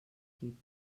equip